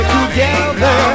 together